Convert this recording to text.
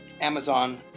Amazon